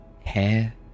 Hair